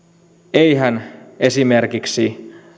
eihän esimerkiksi